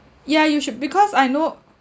ya you should because I know